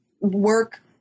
work